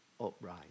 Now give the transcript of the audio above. upright